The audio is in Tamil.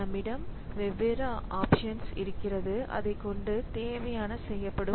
நம்மிடம் வெவ்வேறு ஆப்ஷன்ஸ் இருக்கிறது அதைக் கொண்டு தேவையானது செய்யப்படும்